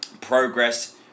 Progress